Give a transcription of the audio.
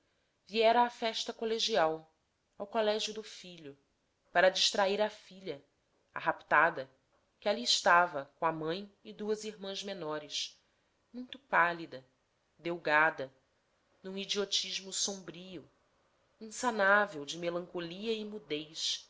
viera a festa colegial ao colégio do filho para distrair a filha a raptada que ali estava com a mãe e duas irmãs menores muito pálida delgada num idiotismo sombrio insanável de melancolia e mudez